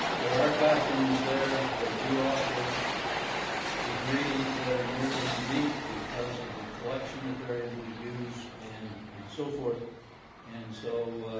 there are classrooms there they do offer degrees that are nearly unique because of the collection that they're able to use and and so forth and so